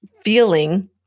feeling